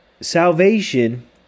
Salvation